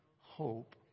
hope